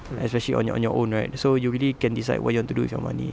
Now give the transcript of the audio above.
especially on your on your own right so you really can decide what you want to do with your money